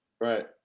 Right